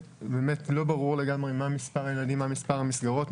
לא ברור לגמרי מה מספר הילדים ומה מספר המסגרות.